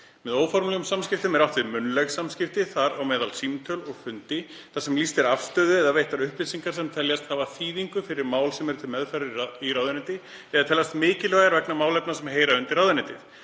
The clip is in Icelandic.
Með óformlegum samskiptum er átt við munnleg samskipti, þar á meðal símtöl og fundi, þar sem lýst er afstöðu eða veittar upplýsingar sem teljast hafa þýðingu fyrir mál sem er til meðferðar í ráðuneyti eða teljast mikilvægar vegna málefna sem heyra undir ráðuneytið,